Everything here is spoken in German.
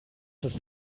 ist